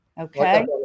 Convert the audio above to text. Okay